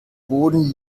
boden